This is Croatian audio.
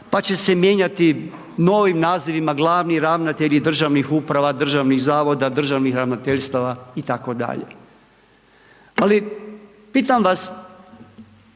Pa će se mijenjati novim nazivima glavni ravnatelji državnih uprava, državnih zavoda, državnih ravnateljstava itd.. Ali pitam vas